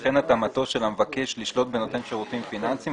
וכן התאמתו של המבקש לשלוט בנותן שירותים פיננסיים,